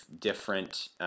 different